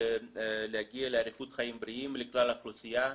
ולהגיע לאריכות חיים בריאים לכלל האוכלוסייה,